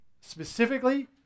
specifically